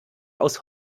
aus